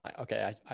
okay